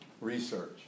Research